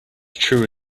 true